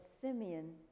Simeon